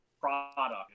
product